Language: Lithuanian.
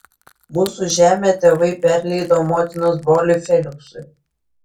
mūsų žemę tėvai perleido motinos broliui feliksui